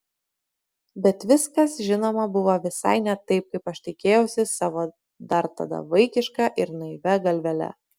bet viskas žinoma buvo visai ne taip kaip aš tikėjausi savo dar tada vaikiška ir naivia galvele